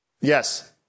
Yes